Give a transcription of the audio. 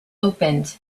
opened